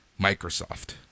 Microsoft